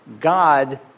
God